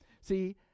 See